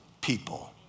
people